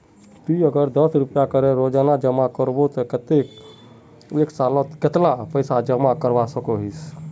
ती अगर दस रुपया करे रोजाना जमा करबो ते कतेक एक सालोत कतेला पैसा जमा करवा सकोहिस?